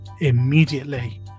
immediately